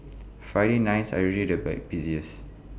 Friday nights are usually the bay busiest